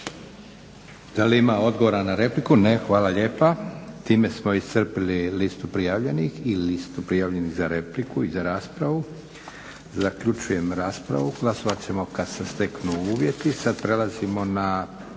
Da li ima odgovora na repliku? Ne. Hvala lijepa. Time smo iscrpili listu prijavljenih i listu prijavljenih za repliku i za raspravu. Zaključujem raspravu. Glasovat ćemo kad se steknu uvjeti. **Leko,